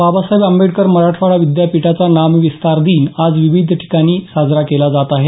बाबासाहेब आंबेडकर मराठवाडा विद्यापीठाचा नामविस्तार दिन आज ठिकठिकाणी विविध उपक्रमांनी साजरा केला जात आहे